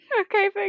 okay